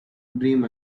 dream